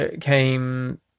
came